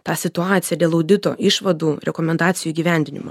tą situaciją dėl audito išvadų rekomendacijų įgyvendinimo